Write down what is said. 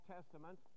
Testament